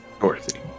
Dorothy